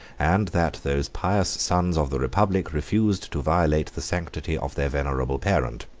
and that those pious sons of the republic refused to violate the sanctity of their venerable parent.